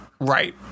Right